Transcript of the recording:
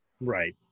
Right